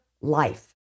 life